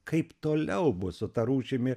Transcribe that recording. kaip toliau bus su ta rūšimi